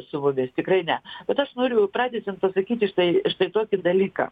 su mumis tikrai ne bet aš noriu pratęsiant pasakyti štai štai tokį dalyką